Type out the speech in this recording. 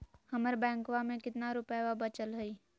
हमर बैंकवा में कितना रूपयवा बचल हई?